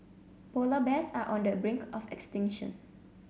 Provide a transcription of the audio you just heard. polar bears are on the brink of extinction